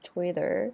Twitter